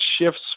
shifts